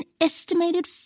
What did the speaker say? estimated